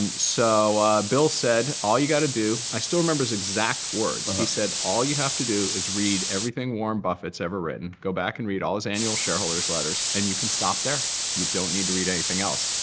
and so ah bill said, all you got to do i still remember his exact words. he said, all you have to do is read everything warren buffett's ever written, go back and read all his annual shareholder's letters. and you can stop there. you don't need to read anything else.